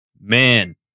Man